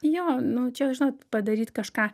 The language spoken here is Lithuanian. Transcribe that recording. jo nu čia žinot padaryt kažką